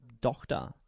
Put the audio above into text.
Doctor